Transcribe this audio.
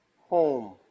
home